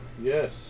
Yes